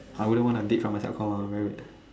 I wouldn't want to date from my sub comm ah very weird